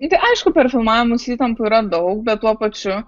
nu tai aišku per filmavimus įtampų yra daug bet tuo pačiu